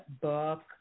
book